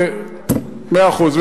ומאה אחוז,